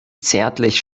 zärtlich